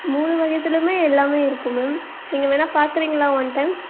மூணு வகையித்திலும் எல்லாமே இருக்கும் மேம் நீங்கள் வேணா பார்க்கறீங்களா ஒன் டைம்